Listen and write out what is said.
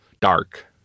dark